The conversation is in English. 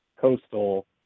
coastal